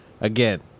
Again